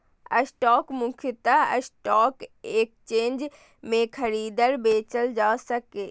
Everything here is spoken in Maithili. स्टॉक मुख्यतः स्टॉक एक्सचेंज मे खरीदल, बेचल जाइ छै